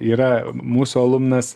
yra mūsų alumnas